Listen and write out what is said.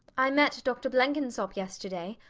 i met dr blenkinsop yesterday.